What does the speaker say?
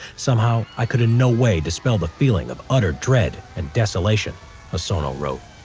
somehow i could in no way dispel the feeling of utter dread and desolation hosono wrote.